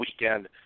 weekend